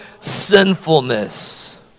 sinfulness